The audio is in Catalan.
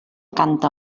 canta